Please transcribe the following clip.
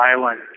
Island